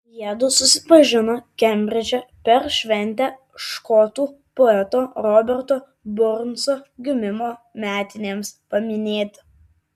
jiedu susipažino kembridže per šventę škotų poeto roberto burnso gimimo metinėms paminėti